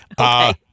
Okay